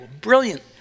brilliant